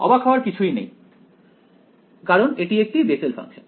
অবাক হওয়ার কিছুই নেই কারণ এটি একটি বেসেল ফাংশন